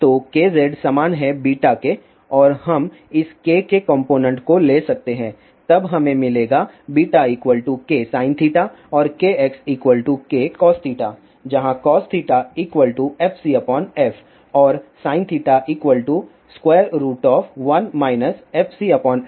तो kz समान है β के और हम इस k के कॉम्पोनेन्ट को ले सकते हैं और तब हमें मिलेगा βksin और kx kcos जहां cos fcf और sin 1 fcf2